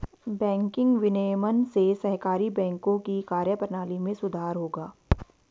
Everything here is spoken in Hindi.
बैंकिंग विनियमन से सहकारी बैंकों की कार्यप्रणाली में सुधार होगा